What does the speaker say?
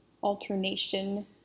alternation